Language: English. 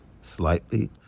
slightly